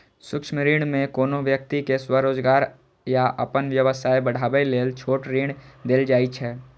सूक्ष्म ऋण मे कोनो व्यक्ति कें स्वरोजगार या अपन व्यवसाय बढ़ाबै लेल छोट ऋण देल जाइ छै